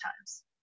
times